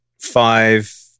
five